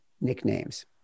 nicknames